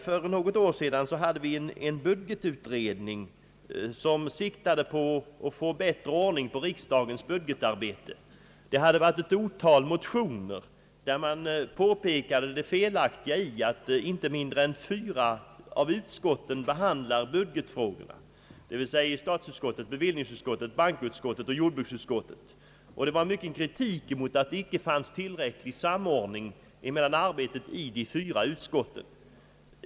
För något år sedan hade vi en budgetutredning, som siktade till att få bättre ordning på riksdagens budgetarbete. Den hade föregåtts av ett otal motioner, där man påpekade det felaktiga i att inte mindre än fyra av utskotten behandlar budgetfrågorna, d.v.s. statsutskottet, bevillningsutskottet, bankoutskottet och jordbruksutskottet. Det var mycken kritik mot att det icke fanns tillräcklig samordning mellan arbetet i de fyra utskotten.